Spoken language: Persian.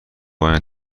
پایان